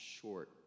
short